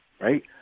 right